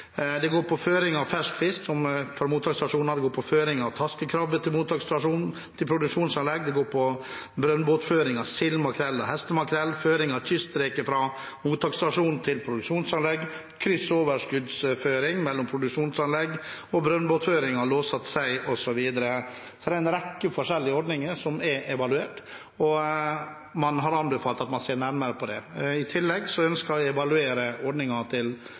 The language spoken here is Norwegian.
Det går på føring av fersk fisk fra mottaksstasjonene, det går på føring av taskekrabbe fra mottaksstasjon til produksjonsanlegg, det går på brønnbåtføring av sild, makrell og hestemakrell, føring av kystreker fra mottaksstasjon til produksjonsanlegg, kryss- og overskuddsføring mellom produksjonsanlegg, brønnbåtføring av låssatt sei, osv. En rekke forskjellige ordninger er evaluert, og man har anbefalt å se nærmere på det. I tillegg ønsker jeg å evaluere ordningen til